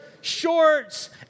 shorts